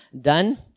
done